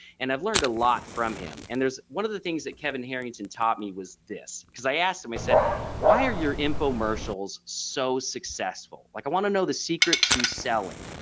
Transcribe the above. and i've learned a lot from him. and there's one of the things that kevin harrington and taught me was this because i asked him i said why are your infomercials so successful. like i want to know the secret to selling,